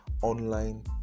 online